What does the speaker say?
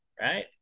right